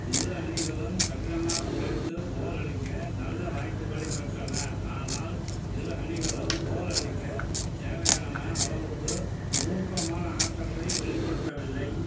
இரு அணிகளும் கடினமாக உலைத்து கோல் அடிக்க நல்ல வாய்ப்புகளைப் பெற்றன ஆனால் இரு அணிகளும் கோல் அடிக்கத் தேவையான அளவுக்கு மூர்க்கமான ஆட்டத்தை வெளிப்படுத்தவில்லை